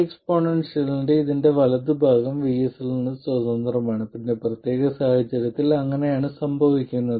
ഈ എക്സ്പോണൻഷ്യൽ ഇതിന്റെ വലതുഭാഗം VS ൽ നിന്ന് സ്വതന്ത്രമാണ് ഈ പ്രത്യേക സാഹചര്യത്തിൽ അങ്ങനെയാണ് സംഭവിക്കുന്നത്